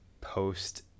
post